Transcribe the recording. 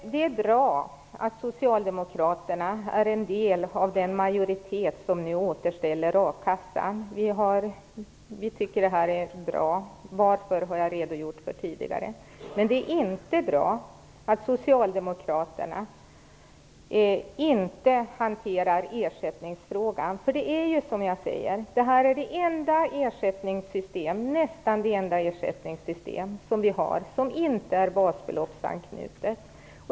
Det är bra att Socialdemokraterna är en del av den majoritet som nu återställer a-kassan. Vi tycker att det är bra - varför har jag redogjort för tidigare. Men det är inte bra att Socialdemokraterna inte hanterar ersättningsfrågan. Det är ju som jag säger: akassan är nästan det enda ersättningssystem som inte är basbeloppsanknutet.